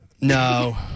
No